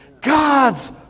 God's